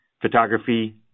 photography